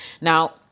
Now